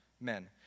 men